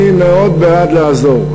אני מאוד בעד לעזור.